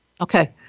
Okay